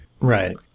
Right